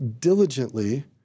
diligently